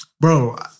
Bro